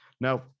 Now